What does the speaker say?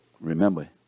Remember